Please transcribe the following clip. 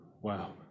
Wow